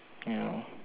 no